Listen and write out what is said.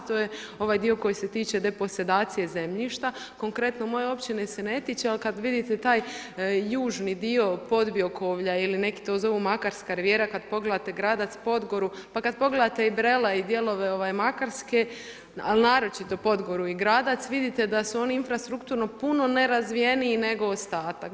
To je ovaj dio koji se tiče deposedacije zemljišta, konkretno moje općine se ne tiče, ali kada vidite taj južni dio podbiokovlja ili neki to zovu makarska rivijera, kada pogledate Gradac, Podgoru, pa kada pogledate Brele i dijelove Makarske, ali naročito, Podgoru i Gradac vidite da su oni infrastrukturno puno nerazvijeniji nego ostatak.